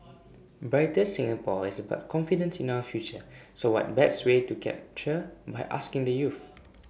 brighter Singapore is about confidence in our future so what best way to capture by asking the youth